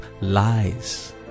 Lies